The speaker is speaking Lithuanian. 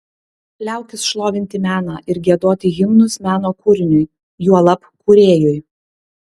liaukis šlovinti meną ir giedoti himnus meno kūriniui juolab kūrėjui